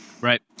Right